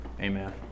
Amen